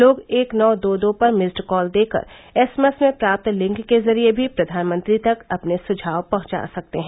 लोग एक नौ दो दो पर मिस्ड कॉल देकर एसएमएस में प्राप्त लिंक के जरिए भी प्रधानमंत्री तक अपने सुझाव पहुंचा सकते हैं